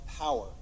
power